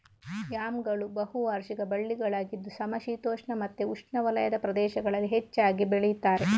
ಯಾಮ್ಗಳು ಬಹು ವಾರ್ಷಿಕ ಬಳ್ಳಿಗಳಾಗಿದ್ದು ಸಮಶೀತೋಷ್ಣ ಮತ್ತೆ ಉಷ್ಣವಲಯದ ಪ್ರದೇಶಗಳಲ್ಲಿ ಹೆಚ್ಚಾಗಿ ಬೆಳೀತಾರೆ